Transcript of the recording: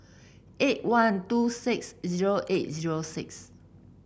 eight one two six zero eight zero six